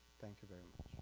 thank you very much.